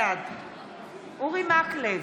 בעד אורי מקלב,